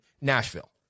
Nashville